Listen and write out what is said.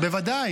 בוודאי.